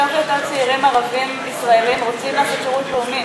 יותר ויותר צעירים ערבים ישראלים רוצים לעשות שירות לאומי,